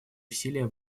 усилия